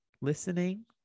listening